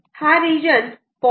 हा रिजन 0